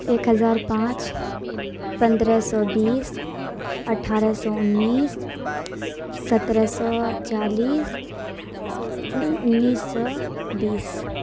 ایک ہزار پانچ پندرہ سو بیس اٹھارہ سو انیس سترہ سو چالیس انیس سو بیس